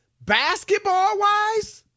basketball-wise